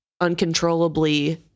uncontrollably